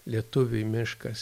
lietuviui miškas